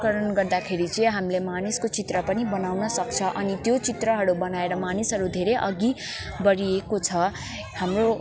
करण गर्दाखेरि चाहिँ हामीले मानिसको चित्र पनि बनाउन सक्छ अनि त्यो चित्रहरू बनाएर मानिसहरू धेरै अघि बढिएको छ हाम्रो